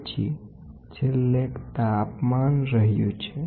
પછી છેલ્લે એક તાપમાન રહ્યું છે